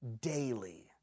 daily